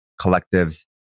collectives